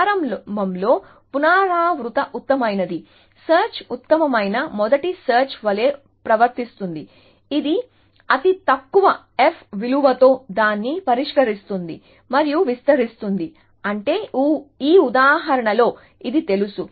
ప్రారంభంలో పునరావృత ఉత్తమమైనది సెర్చ్ ఉత్తమమైన మొదటి సెర్చ్ వలె ప్రవర్తిస్తుంది ఇది అతి తక్కువ ఎఫ్ విలువతో దాన్ని పరిష్కరిస్తుంది మరియు విస్తరిస్తుంది అంటే ఈ ఉదాహరణలో ఇది తెలుసు